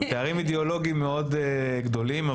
פערים אידיאולוגיים מאוד גדולים,